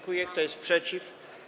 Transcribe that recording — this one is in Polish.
Kto jest przeciw?